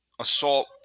assault